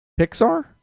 Pixar